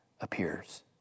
appears